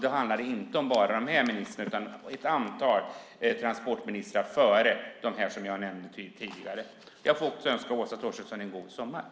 Det handlar inte bara om den här ministern utan om ett antal transportministrar före dem jag nämnde tidigare. Jag får också önska Åsa Torstensson en god sommar!